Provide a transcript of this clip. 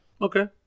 Okay